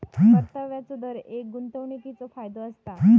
परताव्याचो दर गुंतवणीकीचो फायदो असता